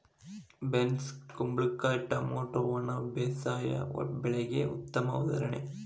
beans ಕುಂಬಳಕಾಯಿ tomato ಒಣ ಬೇಸಾಯ ಬೆಳೆಗೆ ಉತ್ತಮ ಉದಾಹರಣೆ